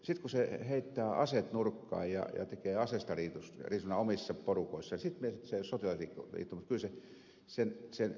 sitten kun se heittää aseet nurkkaan ja tekee aseistariisunnan omissa porukoissaan se ei ole sotilasliitto